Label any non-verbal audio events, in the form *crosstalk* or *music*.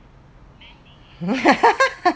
*laughs*